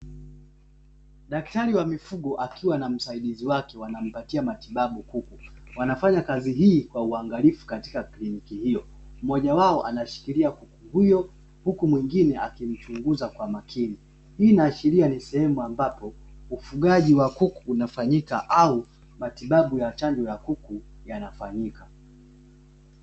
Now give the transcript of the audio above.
Daktari wa mifugo akiwa na msaidizi wake wanampatia matibabu kuku, wanafanya kazi hii kwa uangalifu katika kliniki hiyo. Mmoja wao anashikilia kuku huyo huku mwingine akimchunguza kwa makini, hii inaashiria ni sehemu ambapo ufugaji wa kuku unafanyika au matibabu ya chanjo ya kuku yanafanyika.